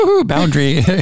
Boundary